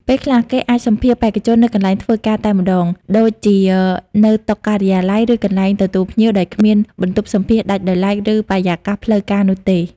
ពេលខ្លះ គេអាចសម្ភាសន៍បេក្ខជននៅកន្លែងធ្វើការតែម្ដង ដូចជានៅតុការិយាល័យ ឬកន្លែងទទួលភ្ញៀវ ដោយគ្មានបន្ទប់សម្ភាសន៍ដាច់ដោយឡែក ឬបរិយាកាសផ្លូវការនោះទេ។